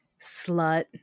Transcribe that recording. Slut